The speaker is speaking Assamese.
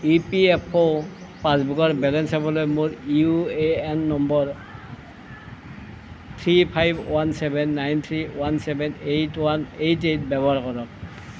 ই পি এফ অ' পাছবুকৰ বেলেঞ্চ চাবলৈ মোৰ U A N number three five one seven nine three one seven eight one eight eight ব্যৱহাৰ কৰক